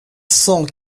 cent